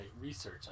research